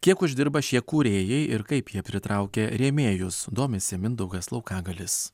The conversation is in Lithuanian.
kiek uždirba šie kūrėjai ir kaip jie pritraukia rėmėjus domisi mindaugas laukagalis